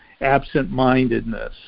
absent-mindedness